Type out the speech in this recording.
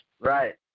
right